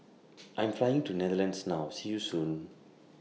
I'm Flying to Netherlands now See YOU Soon